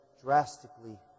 drastically